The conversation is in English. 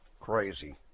crazy